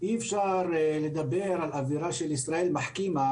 אי אפשר לדבר על אווירה של ישראל מחכימא